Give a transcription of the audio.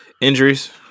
Injuries